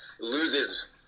loses